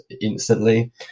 instantly